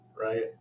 right